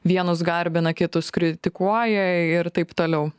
vienus garbina kitus kritikuoja ir taip toliau